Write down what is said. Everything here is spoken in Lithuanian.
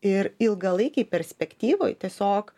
ir ilgalaikėj perspektyvoj tiesiog